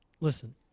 Listen